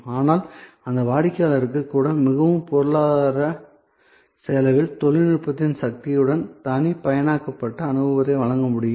ஆனால் அந்த வாடிக்கையாளருக்கு கூட மிகவும் பொருளாதார செலவில் தொழில்நுட்பத்தின் சக்தியுடன் தனிப்பயனாக்கப்பட்ட அனுபவத்தை வழங்க முடியும்